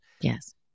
Yes